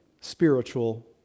spiritual